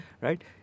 right